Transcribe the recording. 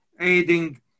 aiding